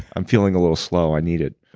i'm feeling a little slow. i need it